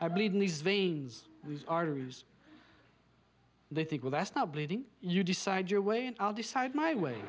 i believe in these veins these arteries they think well that's not bleeding you decide your way and i'll decide my way